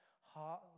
heart